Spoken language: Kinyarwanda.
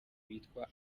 bitwa